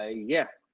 ah yeah,